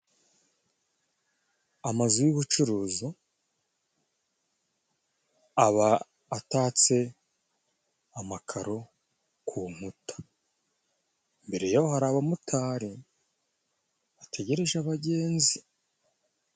Amazu y'ubucuruzi aba gatatse amakaro ku nkuta . Imbere y'aho hari abamotari bategereje abagenzi.